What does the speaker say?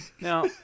Now